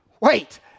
Wait